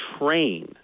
train